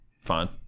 fine